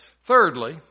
Thirdly